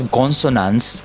consonants